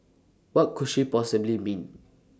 what could she possibly mean